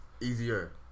Easier